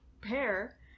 pair